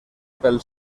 pel